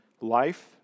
life